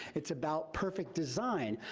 it's about perfect design.